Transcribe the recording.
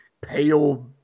pale